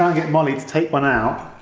um get molly to take one out